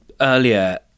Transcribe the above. earlier